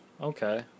Okay